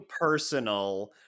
personal